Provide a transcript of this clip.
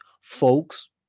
folks